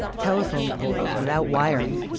telephone poles without wiring,